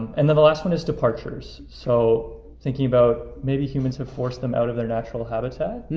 and then the last one is departures. so thinking about maybe humans have forced them out of their natural habitat.